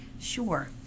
Sure